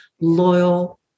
loyal